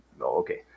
okay